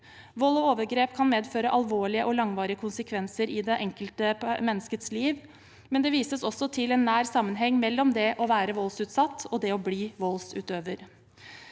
Vold og overgrep kan medføre alvorlige og langvarige konsekvenser i det enkelte menneskets liv, men det vises også til en nær sammenheng mellom det å være voldsutsatt og det å bli voldsutøver.